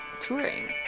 touring